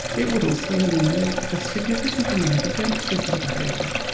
it would also eliminate a significant amount of rent-seeking behaviour.